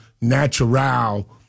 natural